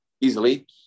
easily